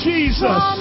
Jesus